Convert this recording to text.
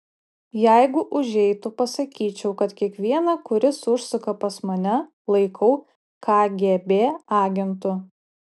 jeigu užeitų pasakyčiau kad kiekvieną kuris užsuka pas mane laikau kgb agentu